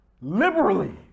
liberally